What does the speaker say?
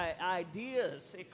Ideas